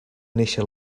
néixer